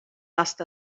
asked